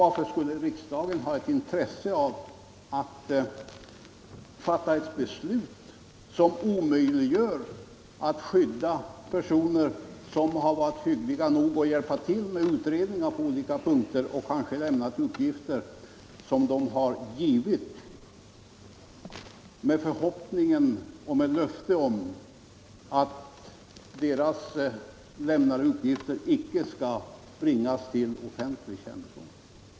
Varför skulle riksdagen ha ett intresse av att fatta ett beslut som åsarna äro FAN äntrar gör det omöjligt att skydda personer, som har varit hyggliga nog att Offentliggörande av hjälpa till med utredningar på olika punkter och som kanske har lämnat handlingar om uppgifter under löfte om att dessa icke skall bringas till offentlig kän Raoul Wallenberg nedom?